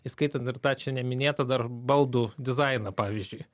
įskaitant ir tą čia neminėtą dar baldų dizainą pavyzdžiui